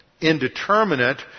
indeterminate